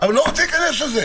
אבל לא רוצה להיכנס לזה.